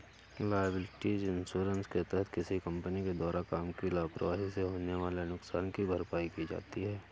liability insurance के तहत किसी कंपनी के द्वारा काम की लापरवाही से होने वाले नुकसान की भरपाई की जाती है